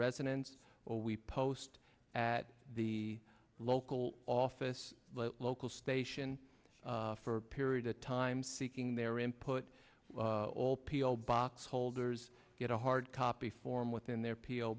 residence or we post at the local office local station for a period of time seeking their input all p o box holders get a hard copy form within their p